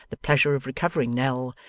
the pleasure of recovering nell,